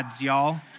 y'all